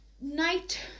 night